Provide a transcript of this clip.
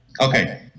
Okay